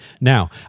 Now